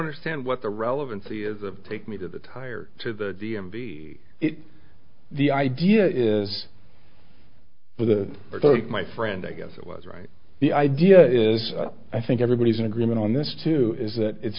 understand what the relevancy is take me to the tire to the d m v the idea is for the my friend i guess it was right the idea is i think everybody's in agreement on this too is that it's